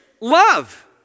love